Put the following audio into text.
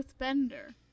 earthbender